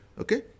Okay